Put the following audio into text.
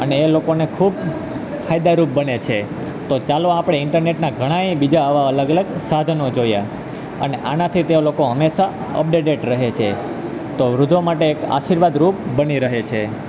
અને એ લોકોને ખૂબ ફાયદારૂપ બને છે તો ચાલો આપણે ઈન્ટરનેટના ઘણાય બીજા આવા અલગ અલગ સાધનો જોયા અને આનાથી તેઓ લોકો હંમેશા અપડેટેડ રહે છે તો વૃદ્ધો માટે એક આશીર્વાદ રૂપ બની રહે છે